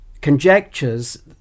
conjectures